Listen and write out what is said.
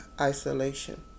isolation